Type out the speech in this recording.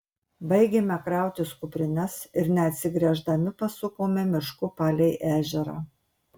baigėme krautis kuprines ir neatsigręždami pasukome mišku palei ežerą